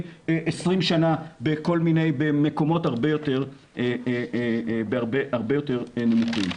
20 שנה בכל מיני מקומות הרבה יותר נמוכים.